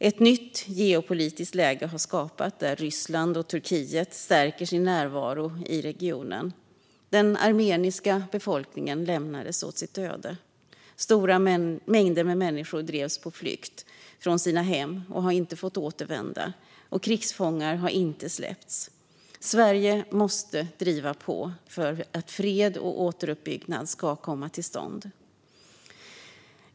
Ett nytt geopolitiskt läge har skapats, där Ryssland och Turkiet stärker sin närvaro i regionen. Den armeniska befolkningen lämnades åt sitt öde, stora mängder människor drevs på flykt från sina hem och har inte fått återvända och krigsfångar har inte släppts. Sverige måste driva på för att fred och återuppbyggnad ska komma till stånd.